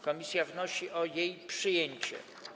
Komisja wnosi o jej przyjęcie.